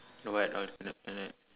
the what alternate planet